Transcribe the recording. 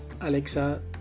alexa